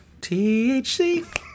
THC